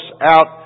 out